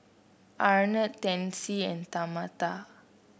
Arnett Tennessee and Tamatha